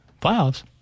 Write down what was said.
playoffs